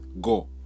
go